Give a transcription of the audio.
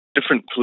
different